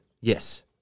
Yes